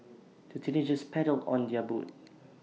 the teenagers paddled on their boat